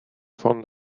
von